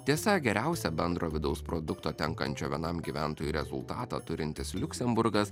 tiesa geriausia bendro vidaus produkto tenkančio vienam gyventojui rezultatą turintis liuksemburgas